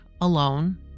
alone